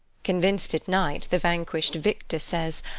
convinced at night, the vanquish'd victor says,